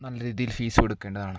നല്ല രീതിയിൽ ഫീസ് കൊടുക്കേണ്ടതാണ്